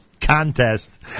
contest